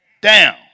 down